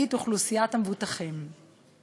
שאוכלוסיית המבוטחים זכאית לה.